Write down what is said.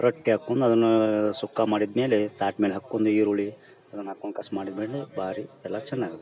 ರೊಟ್ಟಿ ಹಾಕ್ಕೊಂದ್ ಅದನ್ನಾ ಸುಕ್ಕಾ ಮಾಡಿದ್ಮೇಲೆ ತಾಟ್ ಮೇಲೆ ಹಾಕ್ಕೊಂದು ಈರುಳ್ಳಿ ಅದನ್ನ ಹಾಕ್ಕೊಂದ್ಕಸ್ ಮಾಡಿದ್ಮೇಲೆ ಭಾರಿ ಎಲ್ಲ ಚೆನ್ನಾಗಾಗತೆ